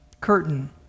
curtain